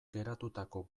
geratutako